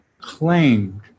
claimed